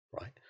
right